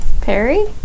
Perry